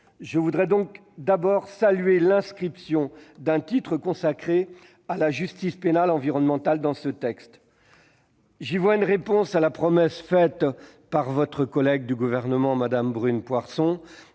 je voudrais donc d'abord saluer l'inscription d'un titre consacré à la justice pénale environnementale dans ce texte. J'y vois une réponse à la promesse faite par votre collègue Brune Poirson